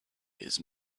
his